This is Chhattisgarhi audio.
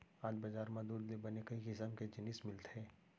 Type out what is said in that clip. आज बजार म दूद ले बने कई किसम के जिनिस मिलथे